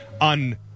on